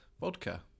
vodka